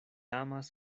amas